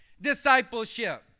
Discipleship